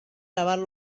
lavar